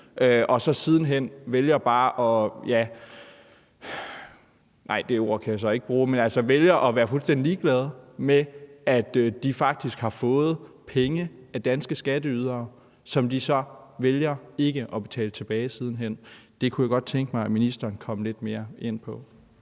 at være fuldstændig ligeglade med, at de faktisk har fået penge af danske skatteydere, som de så vælger ikke at betale tilbage siden hen. Det kunne jeg godt tænke mig at ministeren kom lidt mere ind på.